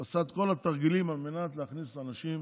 הוא עשה את כל התרגילים על מנת להכניס אנשים